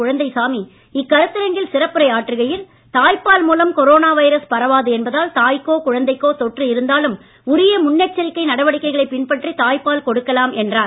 குழந்தைசாமி இக்கருத்தரங்கில் சிறப்புரை ஆற்றுகையில் தாய்ப்பால் மூலம் கொரோனா வைரஸ் பரவாது என்பதால் தாய்க்கோ குழந்தைக்கோ தொற்று இருந்தாலும் உரிய முன்னெச்சரிக்கை நடவடிக்கைகளைப் பின்பற்றி தாய்ப்பால் கொடுக்கலாம் என்றார்